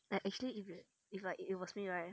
I actually if it if like it was me right